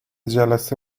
جلسه